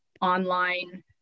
online